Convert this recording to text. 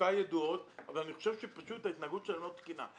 עמדותיי ידועות אבל אני חושב שההתנהגות שלהם לא תקינה.